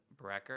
Brecker